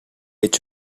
age